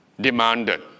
demanded